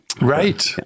Right